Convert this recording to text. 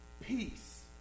peace